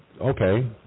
okay